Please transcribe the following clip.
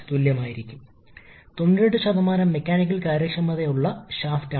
അതിനായി ആദ്യം ഒരൊറ്റ സ്റ്റേജ് കംപ്രഷൻ വിശകലനം ചെയ്യണം